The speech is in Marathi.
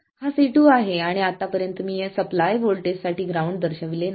हा C2 आहे आणि आतापर्यंत मी या सप्लाय व्होल्टेज साठी ग्राउंड दर्शविले नाही